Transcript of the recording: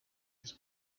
his